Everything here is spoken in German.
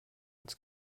ins